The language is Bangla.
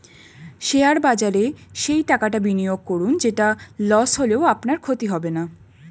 শেয়ার বাজারে সেই টাকাটা বিনিয়োগ করুন যেটা লস হলেও আপনার ক্ষতি হবে না